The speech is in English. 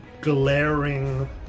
glaring